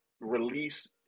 release